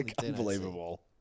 unbelievable